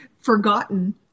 forgotten